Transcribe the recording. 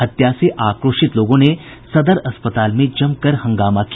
हत्या से आक्रोशित लोगों ने सदर अस्पताल में जमकर हंगामा किया